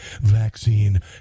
vaccine